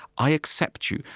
i accept you.